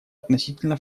относительно